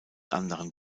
anderen